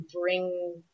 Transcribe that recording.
bring